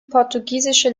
portugiesische